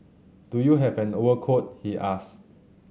do you have an overcoat he asked